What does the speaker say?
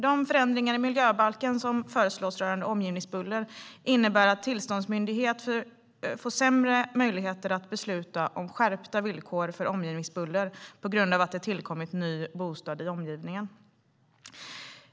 De ändringar i miljöbalken som föreslås rörande omgivningsbuller innebär att tillståndsmyndigheten får sämre möjligheter att besluta om skärpta villkor för omgivningsbuller på grund av att det tillkommit en ny bostad i omgivningen.